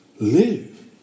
live